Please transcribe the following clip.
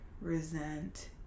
resent